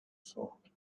thought